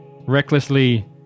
recklessly